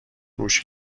گوش